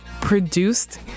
produced